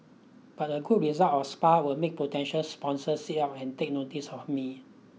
but a good result are Spa will make potential sponsors sit up and take notice of me